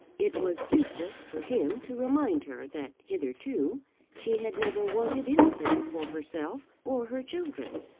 it was useless for him to remind her that hitherto she had never wanted anything for herself or her children.